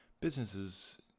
businesses